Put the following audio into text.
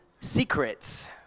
secrets